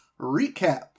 Recap